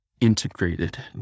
integrated